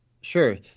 Sure